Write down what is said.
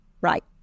Right